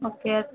okay